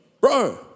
bro